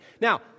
Now